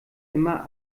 immer